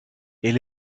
elle